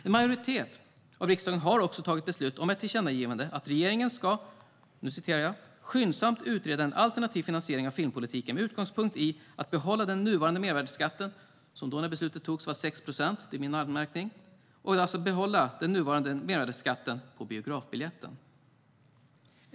En majoritet i riksdagen har beslutat om ett tillkännagivande om att regeringen skyndsamt ska "utreda en alternativ finansiering av filmpolitiken med utgångspunkt i att behålla den nuvarande mervärdesskattesatsen på biografbiljetter", som var 6 procent när beslutet fattades.